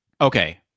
Okay